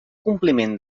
compliment